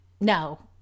No